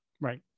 Right